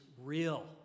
real